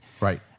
Right